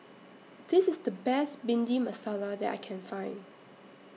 This IS The Best Bhindi Masala that I Can Find